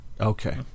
Okay